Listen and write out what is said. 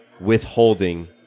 withholding